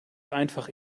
einfach